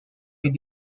been